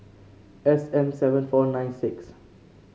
S M seven four nine six